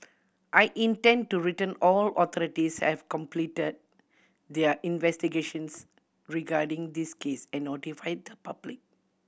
I intend to return all authorities have completed their investigations regarding this case and notified the public